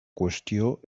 qüestió